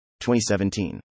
2017